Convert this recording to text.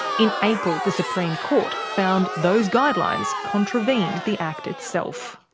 in april, the supreme court found those guidelines contravened the act itself.